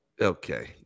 Okay